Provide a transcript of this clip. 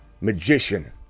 magician